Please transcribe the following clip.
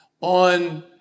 on